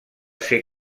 ser